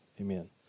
Amen